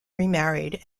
remarried